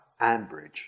Ambridge